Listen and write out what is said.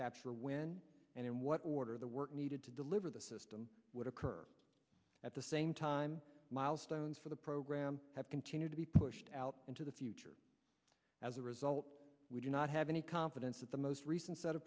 capture when and in what order the work needed to deliver the system would occur at the same time milestones for the program have continued to be pushed out into the future as a result we do not have any confidence that the most recent set